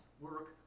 work